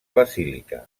basílica